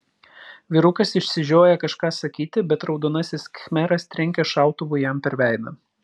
vyrukas išsižioja kažką sakyti bet raudonasis khmeras trenkia šautuvu jam per veidą